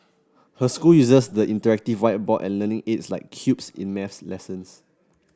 her school uses the interactive whiteboard and learning aids like cubes in maths lessons